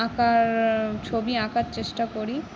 আঁকার ছবি আঁকার চেষ্টা করি